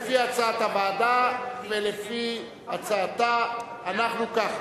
לפי הצעת הוועדה ולפי הצעתה אנחנו ככה,